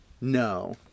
No